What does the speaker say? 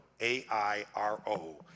A-I-R-O